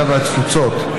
הקליטה והתפוצות,